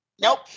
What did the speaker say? Nope